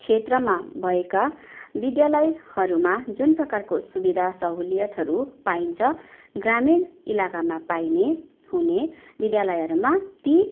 क्षेत्रमा भएका विद्यालयहरूमा जुन प्रकारको सुविधा सहुलियतहरू पाइन्छ ग्रामीण इलाकामा पाइने हुने विद्यालयहरूमा ती